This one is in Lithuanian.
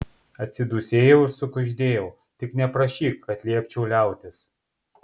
atsidūsėjau ir sukuždėjau tik neprašyk kad liepčiau liautis